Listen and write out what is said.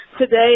today